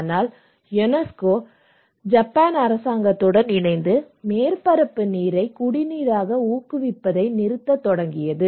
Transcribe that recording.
ஆனால் UNESCO Japan அரசாங்கத்துடன் இணைந்து மேற்பரப்பு நீரை குடிநீராக ஊக்குவிப்பதை நிறுத்தத் தொடங்கியது